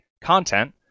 content